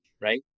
right